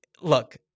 Look